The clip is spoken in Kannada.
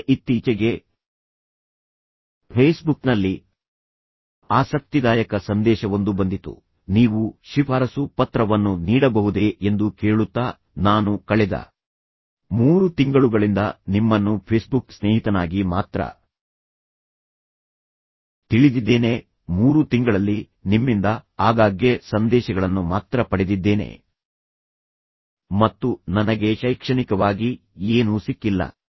ನನಗೆ ಇತ್ತೀಚೆಗೆ ಫೇಸ್ಬುಕ್ನಲ್ಲಿ ಆಸಕ್ತಿದಾಯಕ ಸಂದೇಶವೊಂದು ಬಂದಿತು ನೀವು ಶಿಫಾರಸು ಪತ್ರವನ್ನು ನೀಡಬಹುದೇ ಎಂದು ಕೇಳುತ್ತಾ ನಾನು ಕಳೆದ ಮೂರು ತಿಂಗಳುಗಳಿಂದ ನಿಮ್ಮನ್ನು ಫೇಸ್ಬುಕ್ ಸ್ನೇಹಿತನಾಗಿ ಮಾತ್ರ ತಿಳಿದಿದ್ದೇನೆ ಮೂರು ತಿಂಗಳಲ್ಲಿ ನಿಮ್ಮಿಂದ ಆಗಾಗ್ಗೆ ಸಂದೇಶಗಳನ್ನು ಮಾತ್ರ ಪಡೆದಿದ್ದೇನೆ ಮತ್ತು ನನಗೆ ಶೈಕ್ಷಣಿಕವಾಗಿ ಏನೂ ಸಿಕ್ಕಿಲ್ಲ